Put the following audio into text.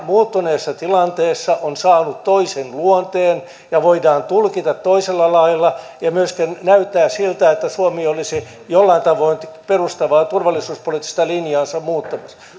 muuttuneessa tilanteessa on saanut toisen luonteen ja voidaan tulkita toisella lailla ja myöskin näyttää siltä että suomi olisi jollain tavoin perustavaa turvallisuuspoliittista linjaansa muuttanut